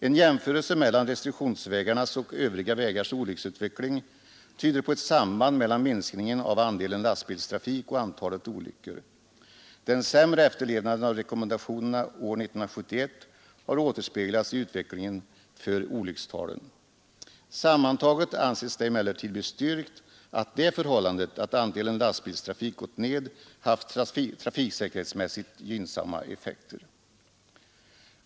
En jämförelse mellan restriktionsvägarnas och övriga vägars olycksutveckling tyder på ett samband mellan minskningen av andelen lastbilstrafik och antalet olyckor. Den sämre efterlevnaden av rekommendationerna år 1971 har återspeglats i utvecklingen av olyckstalen. Sammantaget anses det emellertid bestyrkt att det förhållandet att andelen lastbilstrafik gått ned haft trafiksäkerhetsmässigt gynnsamma effekter.